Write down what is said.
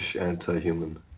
anti-human